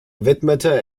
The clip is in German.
widmete